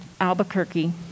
Albuquerque